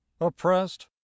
oppressed